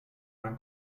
mein